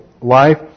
life